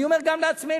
אני אומר גם לעצמנו,